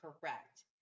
correct